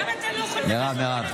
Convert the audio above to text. למה אתה לא יכול לדבר כמו בן אדם?